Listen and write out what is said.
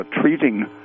treating